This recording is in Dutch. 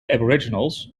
aboriginals